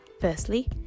Firstly